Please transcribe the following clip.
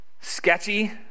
sketchy